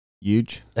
Huge